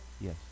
Yes